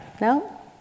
no